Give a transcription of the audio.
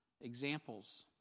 examples